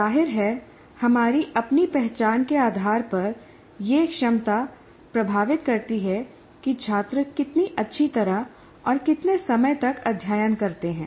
जाहिर है हमारी अपनी पहचान के आधार पर यह क्षमता प्रभावित करती है कि छात्र कितनी अच्छी तरह और कितने समय तक अध्ययन करते हैं